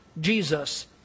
Jesus